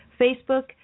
Facebook